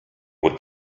would